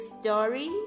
story